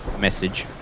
message